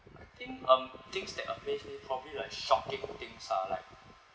I think um things that are probably like shocking things lah like